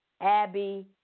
Abby